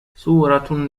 صورة